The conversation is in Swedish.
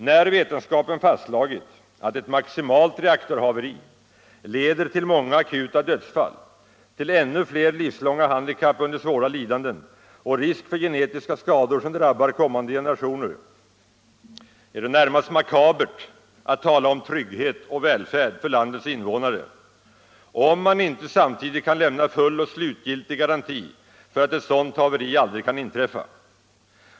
När vetenskapen fastslagit att ett maximalt reaktorhaveri leder till många akuta dödsfall, till ännu fler livslånga handikapp under svåra lidanden och risk för genetiska skador, som drabbar kommande generationer, är det närmast makabert att tala om trygghet och välfärd för landets invånare om man inte samtidigt kan lämna full och slutgiltig garanti för att ett sådant haveri aldrig kan inträffa.